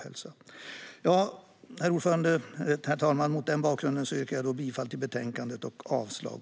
Herr talman! Mot denna bakgrund yrkar jag bifall till utskottets förslag.